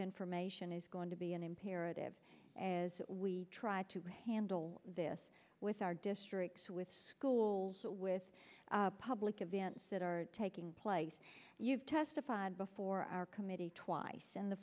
information is going to be an imperative as we try to handle this with our districts with schools with public events that are taking place you've testified before our committee twice and the